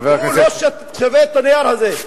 הוא לא שווה את הנייר הזה.